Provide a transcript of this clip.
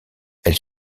elle